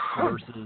versus